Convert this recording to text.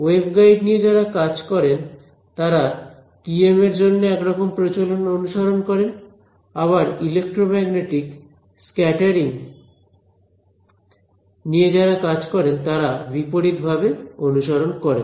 waveguide নিয়ে যারা কাজ করেন তারা TM এর জন্য এক রকম প্রচলন অনুসরণ করেন আবার ইলেক্ট্রোম্যাগনেটিক স্ক্যাটারিং নিয়ে যারা কাজ করেন তারা বিপরীতভাবে অনুসরণ করেন